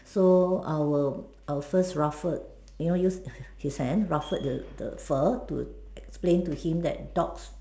so I will I will first ruffled you know use his hand ruffled the fur to explain to him that dogs